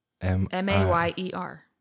M-A-Y-E-R